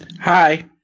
Hi